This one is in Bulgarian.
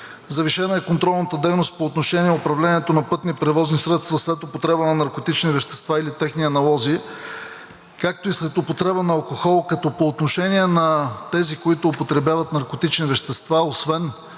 Завишена е контролната дейност по отношение управлението на пътни превозни средства след употреба на наркотични вещества или техни аналози, както и след употреба на алкохол, като по отношение на тези, които употребяват наркотични вещества, освен